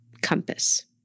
compass